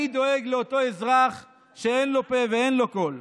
אני דואג לאותו אזרח שאין לו פה ואין לו קול.